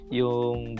yung